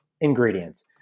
ingredients